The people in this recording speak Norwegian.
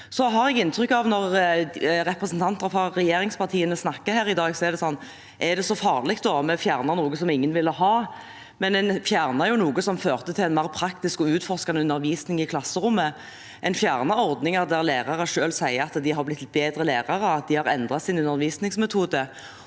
Når representanter fra regjeringspartiene snakker her i dag, har jeg inntrykk av at det er sånn: Er det så farlig om vi fjernet noe som ingen ville ha? Men en fjernet jo noe som førte til en mer praktisk og utforskende undervisning i klasserommet. En fjernet ordninger der lærere selv sier at de har blitt bedre lærere, at de har endret sin undervisningsmetode,